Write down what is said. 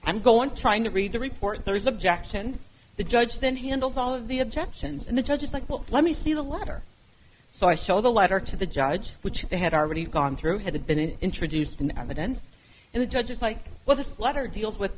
i'm going to trying to read the report there is objection the judge then handles all of the objections and the judge is like well let me see the letter so i show the letter to the judge which they had already gone through had been introduced into evidence and the judge is like well this letter deals with